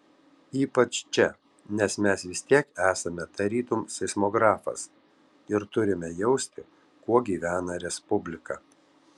ypač čia nes mes vis tiek esame tarytum seismografas ir turime jausti kuo gyvena respublika